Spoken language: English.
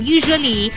Usually